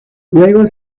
luego